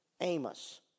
Amos